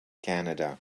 canada